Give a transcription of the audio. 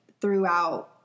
throughout